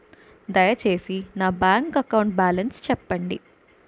దయచేసి నా bank account balance చెప్పండి